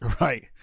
right